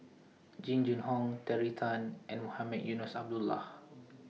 Jing Jun Hong Terry Tan and Mohamed Eunos Abdullah